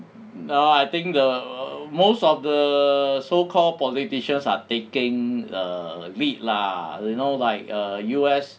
now I think err most of the so called politicians are taking the lead lah you know like err U_S